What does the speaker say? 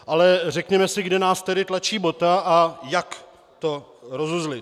Ale řekněme si, kde nás tedy tlačí bota a jak to rozuzlit.